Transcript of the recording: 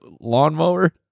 lawnmower